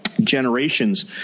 generations –